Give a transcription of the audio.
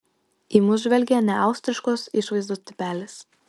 į mus žvelgė neaustriškos išvaizdos tipelis